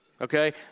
okay